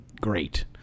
great